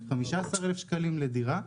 15,000 שקלים לדירה,